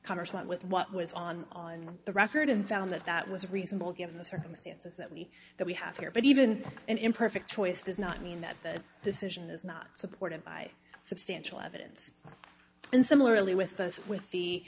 commerce went with what was on the record and found that that was reasonable given the circumstances that we that we have here but even an imperfect choice does not mean that the decision is not supported by substantial evidence and similarly with those with the